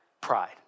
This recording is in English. pride